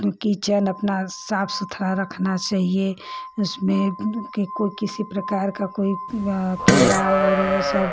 kitchen अपना साफ़ सुथरा रखना चाहिए उसमें किसी प्रकार का कीड़ा वह सब